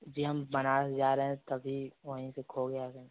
जी हम बनारस जा रहे तभी वहीं पर खो गया था